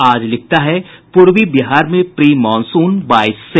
आज लिखता है पूर्वी बिहार में प्री मॉनसून बाईस से